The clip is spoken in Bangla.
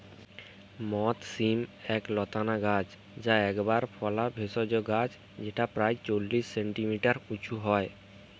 মথ শিম এক লতানা গাছ যা একবার ফলা ভেষজ গাছ যেটা প্রায় চল্লিশ সেন্টিমিটার উঁচু হয়